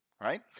right